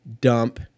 dump